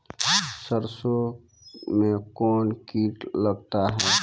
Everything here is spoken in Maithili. सरसों मे कौन कीट लगता हैं?